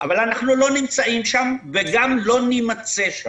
אבל אנחנו לא נמצאים שם וגם לא נימצא שם.